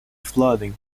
flooding